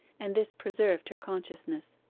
and this preserved her consciousness.